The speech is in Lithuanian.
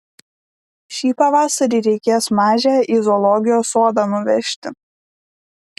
šį pavasarį reikės mažę į zoologijos sodą nuvežti